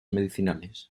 medicinales